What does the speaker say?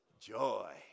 joy